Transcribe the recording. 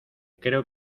creo